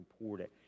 important